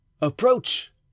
Approach